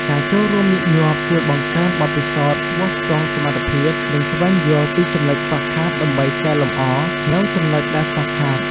ការចូលរួមញឹកញាប់ជួយបង្កើនបទពិសោធន៍ វាស់ស្ទង់សមត្ថភាព និងស្វែងយល់ពីចំណុចខ្វះខាតដើម្បីកែលម្អនូវចំណុចដែរខ្វះខាត ។